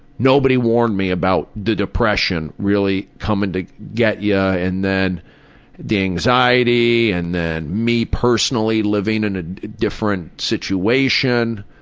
nobody warned me about the depression really coming to get ya yeah and then the anxiety and then me personally living in a different situation.